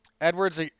Edwards